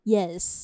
Yes